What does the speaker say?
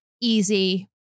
easy